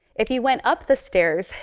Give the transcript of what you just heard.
if you went up the stairs,